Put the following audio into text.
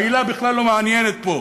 העילה בכלל לא מעניינת פה,